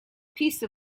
piece